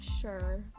sure